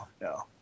no